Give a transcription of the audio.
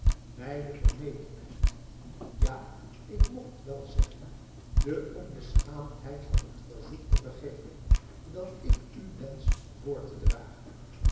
mij de vermetelheid ja ik mocht wel zeggen de onbeschaamdheid van het verzoek te vergeven dat ik u wensch voor te dragen